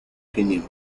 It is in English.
pinion